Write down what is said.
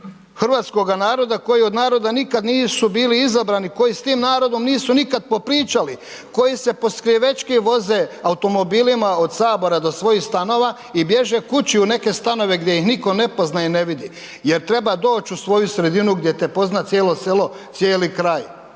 hrvatskoga naroda koji od naroda nikada nisu bili izabrani, koji s tim narodom nisu nikada popričali, koji se poskrivećki voze automobilima od Sabora do svojih stanova i bježe kući u neke stanove gdje ih niko ne pozna i ne vidi jer treba doć u svoju sredinu gdje te pozna cijelo selo, cijeli kraj.